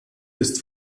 ist